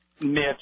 Mitch